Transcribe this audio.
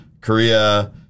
Korea